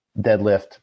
deadlift